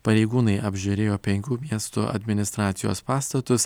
pareigūnai apžiūrėjo penkių miestų administracijos pastatus